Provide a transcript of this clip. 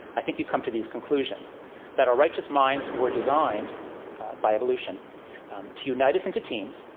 i think you come to these conclusions that our righteous minds were designed by evolution to unite us into teams,